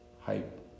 hype